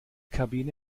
kabine